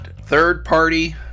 third-party